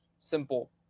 Simple